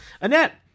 annette